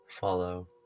follow